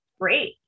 great